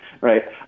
right